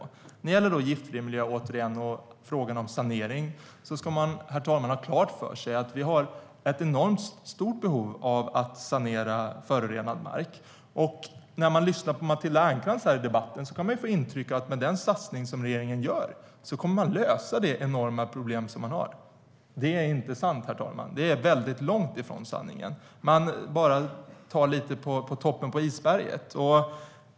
När det gäller giftfri miljö och frågan om sanering, herr talman, ska man ha klart för sig att vi har ett enormt behov av att sanera förorenad mark. När man lyssnar på Matilda Ernkrans här i debatten kan man få intryck av att man med den satsning som regeringen gör kommer att lösa de enorma problem som finns. Det är inte sant, herr talman. Det är väldigt långt från sanningen. Man tar bara lite av toppen på isberget.